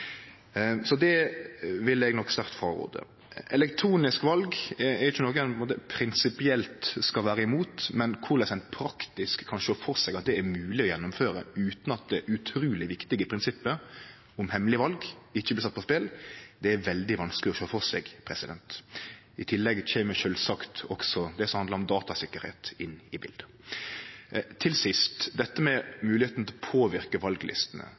Så det vil eg nok sterkt åtvare mot. Elektronisk val er jo ikkje noko ein prinsipielt skal vere imot, men at det er praktisk mogleg å gjennomføre det utan at det utruleg viktige prinsippet om hemmeleg val blir sett på spel, er veldig vanskeleg å sjå for seg. I tillegg kjem sjølvsagt også det som handlar om datasikkerheit inn i bildet. Til sist dette med moglegheita til å påverke